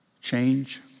Change